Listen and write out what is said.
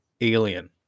alien